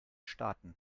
staaten